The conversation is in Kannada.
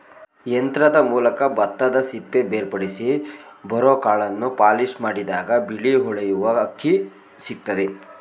ಯಂತ್ರದ ಮೂಲಕ ಭತ್ತದಸಿಪ್ಪೆ ಬೇರ್ಪಡಿಸಿ ಬರೋಕಾಳನ್ನು ಪಾಲಿಷ್ಮಾಡಿದಾಗ ಬಿಳಿ ಹೊಳೆಯುವ ಅಕ್ಕಿ ಸಿಕ್ತದೆ